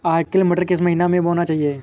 Arkel मटर किस महीना में बोना चाहिए?